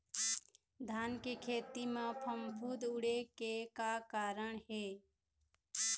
धान के खेती म फफूंद उड़े के का कारण हे?